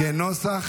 כנוסח